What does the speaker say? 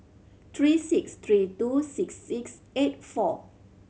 three six three two six six eight four